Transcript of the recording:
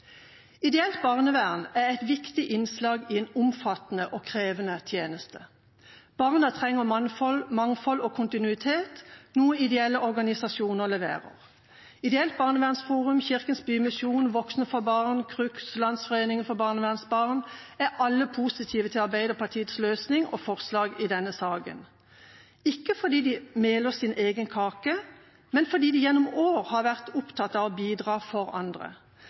Ideelt barnevern er et viktig innslag i en omfattende og krevende tjeneste. Barna trenger mangfold og kontinuitet, noe ideelle organisasjoner leverer. Ideelt Barnevernsforum, Kirkens Bymisjon, Voksne for Barn, CRUX og Landsforeningen for barnevernsbarn er alle positive til Arbeiderpartiets løsning og forslag i denne saken – ikke fordi de meler sin egen kake, men fordi de gjennom år har vært opptatt av å bidra for andre.